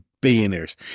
Billionaires